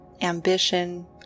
ambition